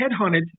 headhunted